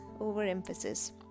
overemphasis